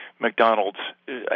McDonald's